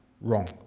wrong